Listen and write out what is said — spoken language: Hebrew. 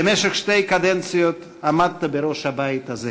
במשך שתי קדנציות עמדת בראש הבית הזה